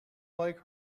like